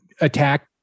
attack